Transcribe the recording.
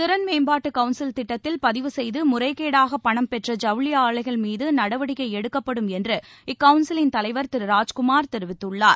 திறன் மேம்பாட்டுகவுன்சில் திட்டத்தில் பதிவு செய்துமுறைகேடாகபணம் பெற்ற ஜவுளிஆலைகள் மீதுநடவடிக்கைஎடுக்கப்படும் என்று இக்கவுன்சிலின் தலைவர் திரு ராஜ்குமார் தெரிவித்துள்ளார்